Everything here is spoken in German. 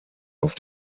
auf